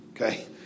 Okay